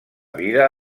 vida